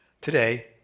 Today